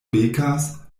bekas